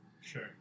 Sure